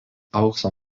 aukso